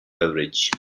beverage